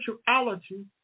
spirituality